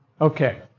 Okay